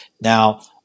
Now